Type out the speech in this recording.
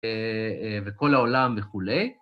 ו..וכל העולם וכולי.